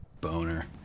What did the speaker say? Boner